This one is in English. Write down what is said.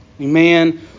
Amen